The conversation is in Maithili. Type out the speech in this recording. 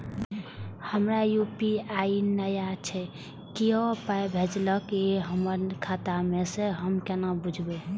हमरा यू.पी.आई नय छै कियो पाय भेजलक यै हमरा खाता मे से हम केना बुझबै?